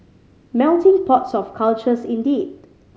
melting pots of cultures indeed